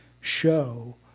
show